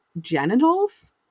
genitals